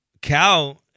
Cal